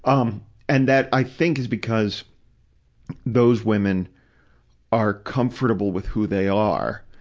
um and that, i think, is because those women are comfortable with who they are,